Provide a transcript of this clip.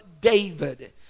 David